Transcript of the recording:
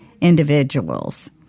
individuals